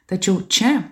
tačiau čia